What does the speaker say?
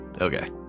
okay